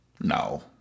No